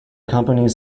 companies